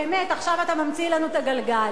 באמת, עכשיו אתה ממציא לנו את הגלגל.